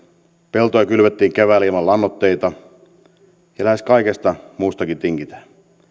peltoja kylvettiin keväällä ilman lannoitteita ja lähes kaikesta muustakin tingitään